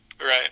Right